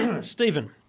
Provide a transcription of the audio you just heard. Stephen